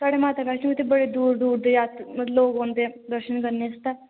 साढ़े उत्थें माता वैष्णो बड़े दूर दूर दे जात्तरू लोग औंदे दर्शन करने आस्तै